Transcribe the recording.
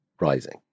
rising